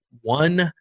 one